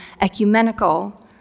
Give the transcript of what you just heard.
ecumenical